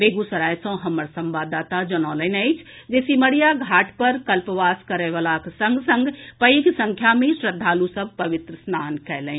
बेगुसराय सँ हमर संवाददाता जनौलनि अछि जे सिमरिया घाट पर कल्पवास करयवलाक संग संग पैघ संख्या मे श्रद्धालु सभ पवित्र स्नान कयलनि